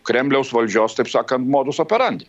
kremliaus valdžios taip sakant modus aperandi